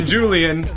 Julian